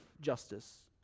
justice